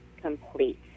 complete